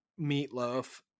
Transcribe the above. meatloaf